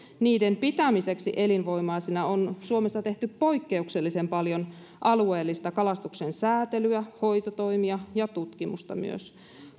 niiden pitämiseksi elinvoimaisina on suomessa tehty poikkeuksellisen paljon alueellista kalastuksensäätelyä hoitotoimia ja tutkimusta myös